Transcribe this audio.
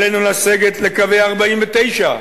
עלינו לסגת לקווי 49',